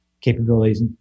capabilities